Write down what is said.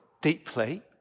deeply